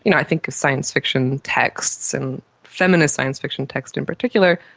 you know i think science fiction texts and feminist science fiction texts in particular,